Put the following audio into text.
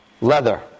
leather